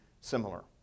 similar